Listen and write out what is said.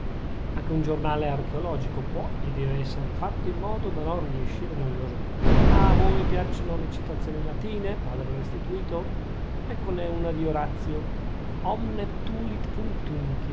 anche un giornale archeologico può e deve esser fatto in modo da non riescire noioso a voi piacciono le citazioni latine padre restituto eccone una di orazio omne